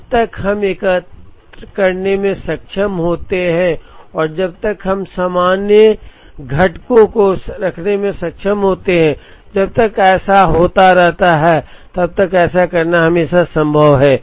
जब तक हम एकत्र करने में सक्षम होते हैं और जब तक हम सामान्य घटकों को रखने में सक्षम होते हैं जब तक ऐसा होता रहता है तब तक ऐसा करना हमेशा संभव है